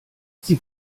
sie